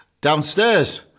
downstairs